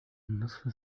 النصف